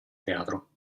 teatro